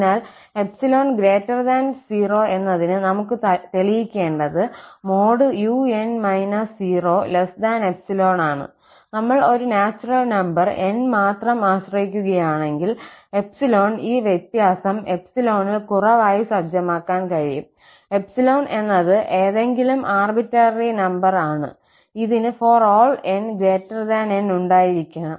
അതിനാൽ 𝜖 0 എന്നതിന് നമുക്ക് തെളിയിക്കേണ്ടത് |𝑢𝑛 0|𝜖 ആണ് നമ്മൾ ഒരു നാച്ചുറൽ നമ്പർ 𝑁 മാത്രം ആശ്രയിക്കുകയാണെങ്കിൽ 𝜖 ഈ വ്യത്യാസം 𝜖 ൽ കുറവായി സജ്ജമാക്കാൻ കഴിയും 𝜖 എന്നത് ഏതെങ്കിലും ആർബിറ്റേററി നമ്പർ ആണ് ഇതിന് ∀ 𝑛N ഉണ്ടായിരിക്കണം